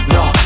No